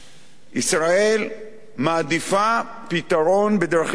ישראל מעדיפה פתרון בדרכים דיפלומטיות,